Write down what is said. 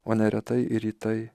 o neretai ir į tai